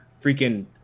freaking